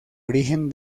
origen